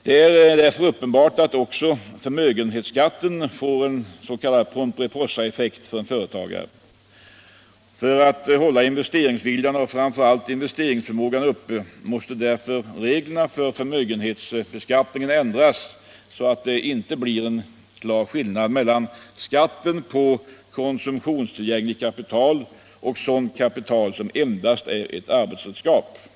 ; Det är uppenbart att också förmögenhetsskatten får en s.k. Pomperipossaeffekt för en företagare. För att hålla investeringsviljan och framför allt investeringsförmågan uppe måste därför reglerna för förmögenhetsbeskattningen ändras så att det blir en klar skillnad mellan skatten på konsumtionstillgängligt kapital och sådant kapital som endast är ett arbetsredskap.